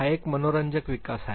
हा एक मनोरंजक विकास आहे